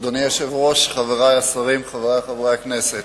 אדוני היושב-ראש, חברי השרים, חברי חברי הכנסת,